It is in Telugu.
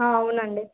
అవునండి